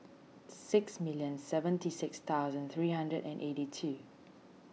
six million seventy six thousand three hundred and eighty two